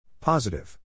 Positive